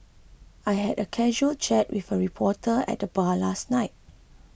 I had a casual chat with a reporter at the bar last night